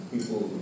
People